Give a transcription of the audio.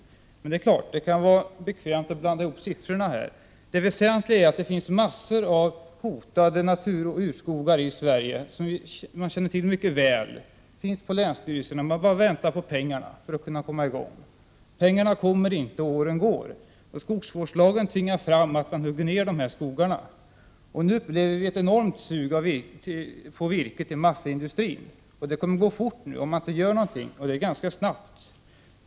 Men det kan naturligtvis vara bekvämt att blanda ihop siffrorna. Det väsentliga är att det finns massor av hotade naturoch urskogar i Sverige som man känner till mycket väl på länsstyrelserna. Man bara väntar på pengarna för att kunna komma i gång. Pengarna kommer inte, och åren går. Skogsvårdslagen tvingar fram att man hugger ner de här skogarna. Nu upplever vi ett enormt sug när det gäller att få virke till massaindustrin, och det kommer att gå fort om man inte gör någonting ganska snart.